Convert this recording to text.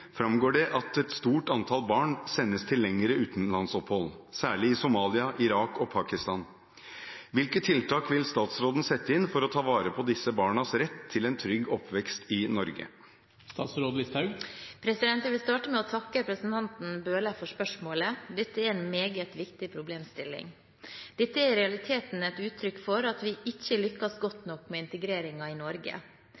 framgår det at et stort antall barn sendes på lengre utenlandsopphold, særlig i Somalia, Irak og Pakistan. Hvilke tiltak vil statsråden sette inn for å ta vare på disse barnas rett til en trygg oppvekst i Norge?» Jeg vil starte med å takke representanten Bøhler for spørsmålet. Dette er en meget viktig problemstilling. Dette er i realiteten et uttrykk for at vi ikke lykkes godt